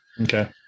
Okay